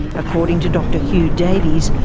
according to dr huw davies,